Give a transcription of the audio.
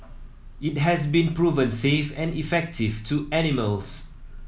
it has been proven safe and effective to animals